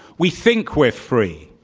we think we're free.